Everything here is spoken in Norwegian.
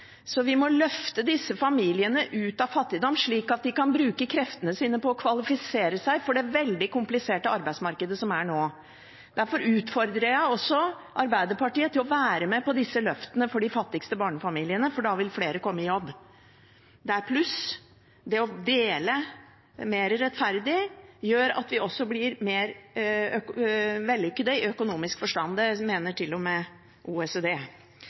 Så til de fattige ungene: Ja, det er bra hvis folk får jobb, men de får altså ikke jobb av å være fattige. Vi må løfte disse familiene ut av fattigdom, slik at de kan bruke kreftene sine på å kvalifisere seg for det veldig kompliserte arbeidsmarkedet som er nå. Derfor utfordrer jeg også Arbeiderpartiet til å være med på disse løftene for de fattigste barnefamiliene, for da vil flere komme i jobb – pluss det å dele mer rettferdig, noe som gjør